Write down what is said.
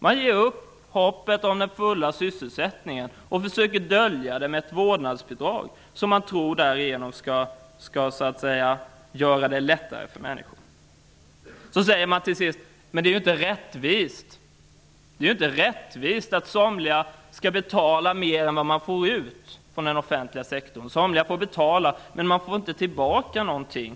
Man ger upp hoppet om den fulla sysselsättningen och försöker dölja det med ett vårdnadsbidrag, som man tror skall göra det lättare för människor. Man säger till sist: Det är inte rättvist att somliga skall betala mer än vad de får ut från den offentliga sektorn -- somliga får betala men får inte tillbaka någonting.